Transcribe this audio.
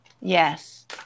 Yes